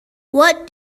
what